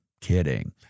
Kidding